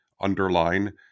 underline